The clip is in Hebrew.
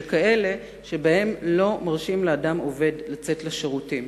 כאלה שבהם לא מרשים לאדם עובד לצאת לשירותים.